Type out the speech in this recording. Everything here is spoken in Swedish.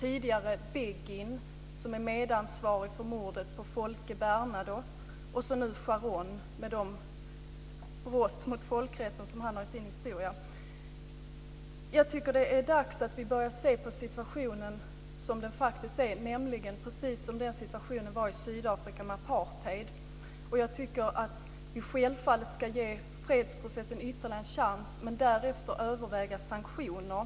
Tidigare var det Begin, som är medansvarig för mordet på Folke Bernadotte, och nu är det Sharon, med de brott mot folkrätten han har begått. Jag tycker att det är dags att vi börjar se på situationen som den faktiskt är, nämligen precis så som situationen var i Sydafrika med apartheid. Jag tycker att vi självfallet ska ge fredsprocessen ytterligare en chans men därefter överväga sanktioner.